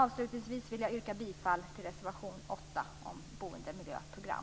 Avslutningsvis vill jag yrka bifall till reservation 8 om boendeplaneringsprogram.